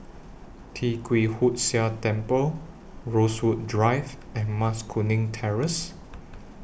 Tee Kwee Hood Sia Temple Rosewood Drive and Mas Kuning Terrace